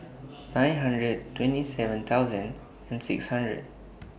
nine hundred twenty seven thousand and six hundred